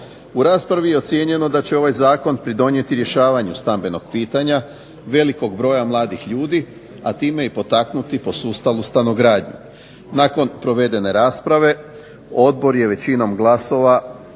U raspravi je ocijenjeno da će ovaj zakon pridonijeti rješavanju stambenog pitanja velikog broja mladih ljudi, a time i potaknuti posustalu stanogradnju. Nakon provedene rasprave odbor je većinom glasova